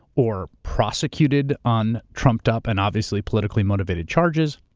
or prosecuted on trumped-up and obviously politically-motivated charges.